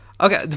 Okay